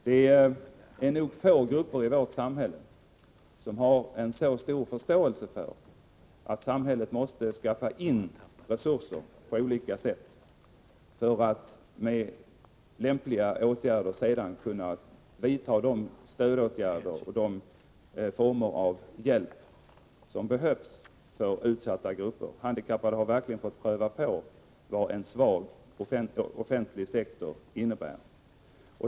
Det är nog få grupper i vårt samhälle som har så stor förståelse som handikappade för att samhället måste skaffa resurser på olika sätt för att med lämpliga medel kunna vidta de stödåtgärder och ge de former av hjälp som behövs för utsatta grupper. Handikappade har verkligen fått pröva på vad en svag offentlig sektor innebär.